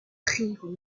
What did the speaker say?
prirent